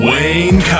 Wayne